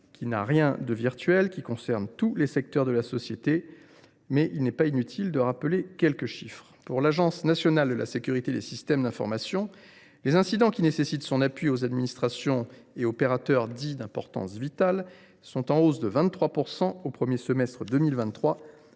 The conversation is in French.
qui n’a rien de virtuel et qui concerne tous les secteurs de la société, il n’est pas inutile de rappeler quelques chiffres. Selon l’Agence nationale de la sécurité des systèmes d’information, le nombre d’incidents qui ont nécessité son appui auprès des administrations et des opérateurs d’importance vitale était en hausse de 23 % au premier semestre 2023